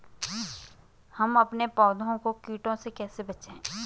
हम अपने पौधों को कीटों से कैसे बचाएं?